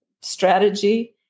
strategy